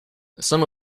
some